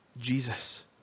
Jesus